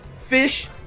fish